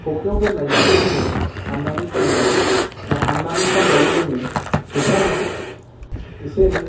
फुख्रियाव दोननाय नाखौ जोङो हाननानै फाननो हायो हान्नानै फाननायावबो जोङो फैसा मोनो एसे एनै